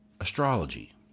astrology